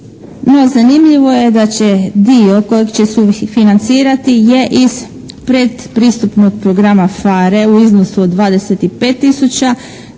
zanimljivo je da će dio kojeg će sufinancirati je iz predpristupnog programa PHARE u iznosu od 25